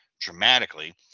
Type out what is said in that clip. Dramatically